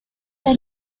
they